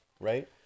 right